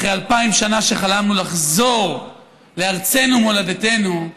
אחרי אלפיים שנה שחלמנו לחזור לארצנו מולדתנו,